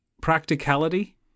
practicality